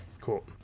Cool